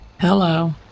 Hello